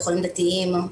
תיכונים דתיים.